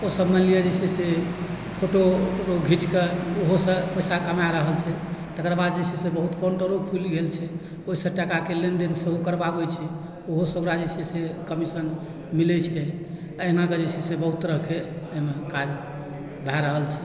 ओसभ मानि लिअ जे छै से फोटो तोटो घींचके ओहोसँ पैसा कमा रहल छै तकर बाद जे छै से बहुत काउन्टरो खुलि गेल छै ओहिसँ टकाके लेन देन सेहो करबावै छै ओहोसँ ओकरा जे छै से कमीशन मिलैत छै अहिनाकऽ जे छै से बहुत तरहकेँ एहिमे काज भए रहल छै